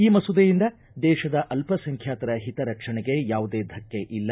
ಈ ಮಸೂದೆಯಿಂದ ದೇಶದ ಅಲ್ಲಸಂಖ್ಯಾತರ ಹಿತರಕ್ಷಣೆಗೆ ಯಾವುದೇ ಧಕ್ಕೆ ಇಲ್ಲ